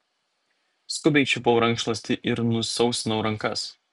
skubiai čiupau rankšluostį ir nusausinau rankas